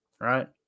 right